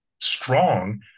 strong